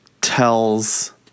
tells